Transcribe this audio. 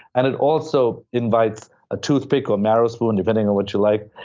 and it also invites a toothpick or marrow spoon, depending on what you like,